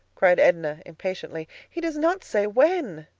cried edna, impatiently. he does not say when.